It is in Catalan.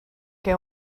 que